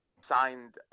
signed